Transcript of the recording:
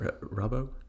Robo